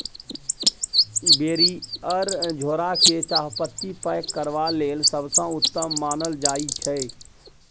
barrier झोरा केँ चाहपत्ती पैक करबा लेल सबसँ उत्तम मानल जाइ छै